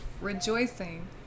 rejoicing